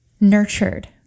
nurtured